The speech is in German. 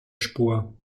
spur